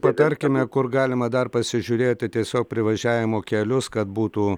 patarkime kur galima dar pasižiūrėti tiesiog privažiavimo kelius kad būtų